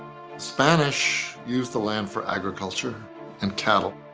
spanish used the land for agriculture and cattle.